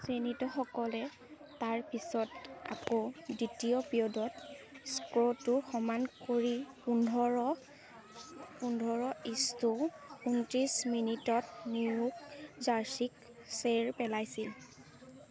ছিনেটৰসকলে তাৰ পিছত আকৌ দ্বিতীয় পিৰিয়ডত স্ক'ৰটো সমান কৰি পোন্ধৰ পোন্ধৰ ইচটো ঊনত্ৰিছ মিনিটত নিউ জাৰ্ছিক চেৰ পেলাইছিল